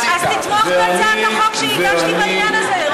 אז תתמוך בהצעת החוק שהגשתי בעניין הזה,